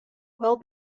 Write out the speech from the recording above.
well